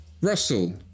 Russell